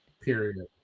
Period